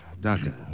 Doctor